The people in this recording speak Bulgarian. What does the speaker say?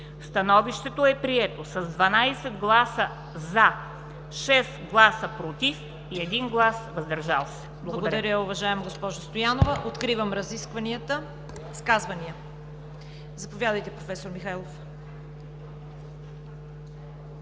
Становището е прието с 12 гласа „за“, 6 гласа „против“ и 1 глас „въздържал се“.“ Благодаря.